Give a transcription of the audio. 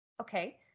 Okay